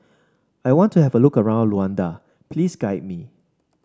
I want to have a look around Luanda please guide me